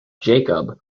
jacob